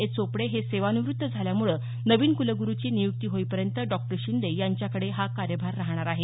ए चोपडे हे सेवानिवृत्त झाल्यामुळं नवीन कुलगुरूची नियुक्ती होईपर्यंत डॉ शिंदे यांच्याकडे हा कार्यभार रहाणार आहे